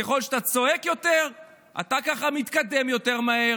ככל שאתה צועק יותר ככה אתה מתקדם יותר מהר